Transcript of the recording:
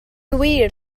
wir